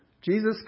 Jesus